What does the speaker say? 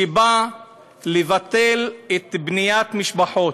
שבא לבטל בניית משפחות,